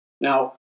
Now